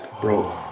bro